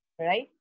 Right